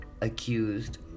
accused